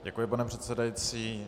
Děkuji, pane předsedající.